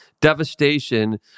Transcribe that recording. devastation